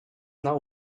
now